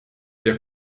der